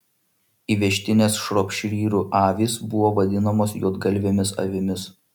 įvežtinės šropšyrų avys buvo vadinamos juodgalvėmis avimis